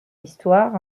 histoire